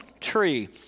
tree